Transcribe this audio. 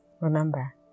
Remember